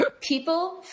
people